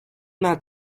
not